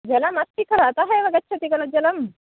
जलम् अस्ति खलु अतः एव गच्छति खलु जलं